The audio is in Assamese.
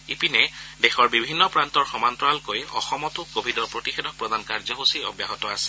ইপিনে দেশৰ বিভিন্ন প্ৰান্তৰ সমান্তৰালকৈ অসমতো কোৱিডৰ প্ৰতিষেধক প্ৰদান কাৰ্যসূচী অব্যাহত আছে